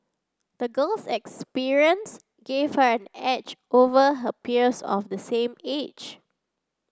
the girl's experience gave her an edge over her peers of the same age